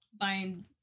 Buying